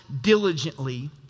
diligently